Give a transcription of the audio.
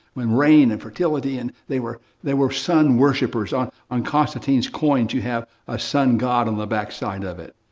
when rain and fertility and they were they were sun worshipers. on on constantine's coins, you have a sun god on the backside of it.